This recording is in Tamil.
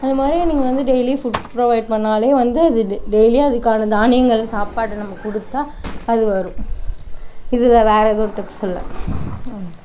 அதுமாதிரி நீங்கள் வந்து டெய்லி ஃபுட் புரொவைட் பண்ணாலே வந்து அது டெ டெய்லி அதுக்கான தானியங்கள் சாப்பாடு நம்ப கொடுத்தா அது வரும் இதில் வேறு எதுவும் டிப்ஸ் இல்லை அவ்வளோ தான்